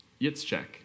Yitzchak